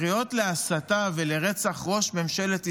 הקריאות להסתה ולרצח ראש ממשלת ישראל,